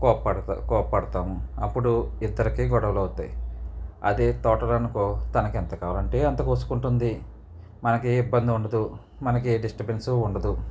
కోప్పడతా కోప్పడతాము అప్పుడు ఇద్దరికీ గొడవలు అవుతాయి అదే తోటలో అనుకో తనకెంత కావాలంటే అంత కోసుకుంటుంది మనకే ఇబ్బంది ఉండదు మనకే డిస్టబెన్సు ఉండదు